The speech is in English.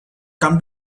come